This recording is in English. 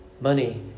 Money